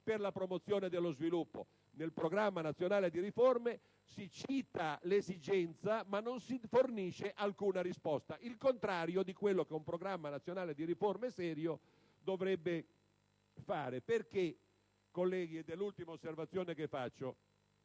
per la promozione dello sviluppo? Nel Programma nazionale di riforma si cita l'esigenza, ma non si fornisce alcuna risposta, il contrario di quello che un Programma nazionale di riforma serio dovrebbe fare. Vedete, colleghi, anche il